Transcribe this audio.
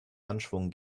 anschwung